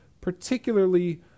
particularly